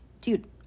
dude